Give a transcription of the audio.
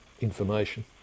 information